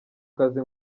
kazi